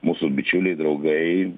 mūsų bičiuliai draugai